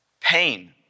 Pain